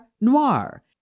noir